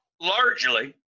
Largely